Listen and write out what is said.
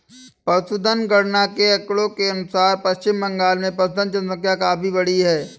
पशुधन गणना के आंकड़ों के अनुसार पश्चिम बंगाल में पशुधन जनसंख्या काफी बढ़ी है